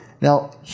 Now